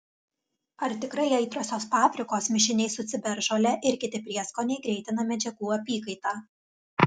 ar tikrai aitriosios paprikos mišiniai su ciberžole ir kiti prieskoniai greitina medžiagų apykaitą